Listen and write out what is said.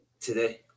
Today